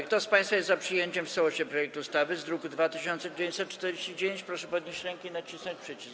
Kto z państwa jest za przyjęciem w całości projektu ustawy z druku nr 2949, proszę podnieść rękę i nacisnąć przycisk.